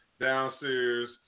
Downstairs